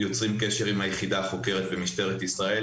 יוצרים קשר עם היחידה החוקרת במשטרת ישראל,